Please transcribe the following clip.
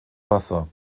wasser